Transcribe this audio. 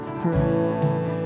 pray